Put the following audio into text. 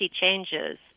changes